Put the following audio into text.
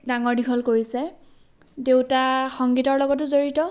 ডাঙৰ দীঘল কৰিছে দেউতা সংগীতৰ লগতো জড়িত